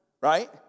right